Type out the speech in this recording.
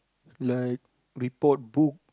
like report book